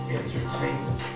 entertainment